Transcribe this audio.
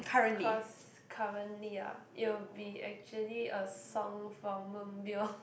cause currently ah it will be actually a song from Moonbyul